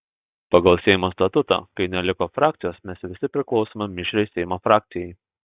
pagal seimo statutą kai neliko frakcijos mes visi priklausome mišriai seimo frakcijai